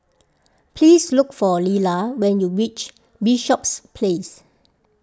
please look for Lilla when you reach Bishops Place